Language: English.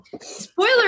Spoiler